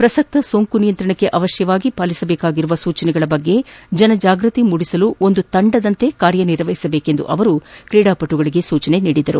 ಪ್ರಸಕ್ತ ಸೋಂಕು ನಿಯಂತ್ರಣಕ್ಕೆ ಅವಶ್ಯವಾಗಿ ಪಾಲಿಸಬೇಕಾಗಿರುವ ಸೂಚನೆಗಳ ಬಗ್ಗೆ ಜನಜಾಗೃತಿ ಮೂಡಿಸಲು ಒಂದು ತಂಡದಂತೆ ಕಾರ್ಯನಿರ್ವಹಿಸಬೇಕೆಂದು ಸೂಚಿಸಿದರು